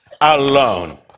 alone